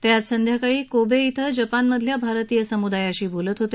ते आज संध्याकाळी कोबे इथं जपानमधल्या भारतीय सम्दायाशी बोलत होते